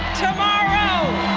tomorrow!